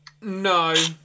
no